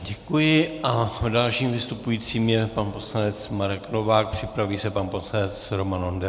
Děkuji a dalším vystupujícím je pan poslanec Marek Novák, připraví se pan poslanec Roman Onderka.